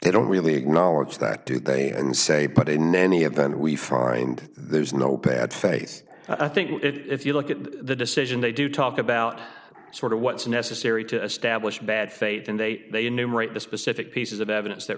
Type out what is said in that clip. they don't really acknowledge that do they and say but in any event we far and there's no bad face i think if you look at the decision they do talk about sort of what's necessary to establish bad faith and they they enumerate the specific pieces of evidence that